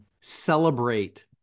celebrate